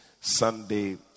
Sunday